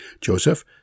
Joseph